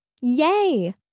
Yay